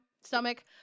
stomach